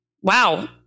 wow